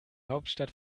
hauptstadt